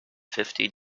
fifty